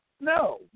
No